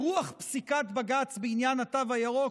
ברוח פסיקת בג"ץ בעניין התו הירוק,